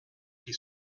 qui